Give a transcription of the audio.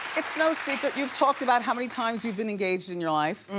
it's no secret, you've talked about how many times you've been engaged in your life.